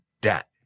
debt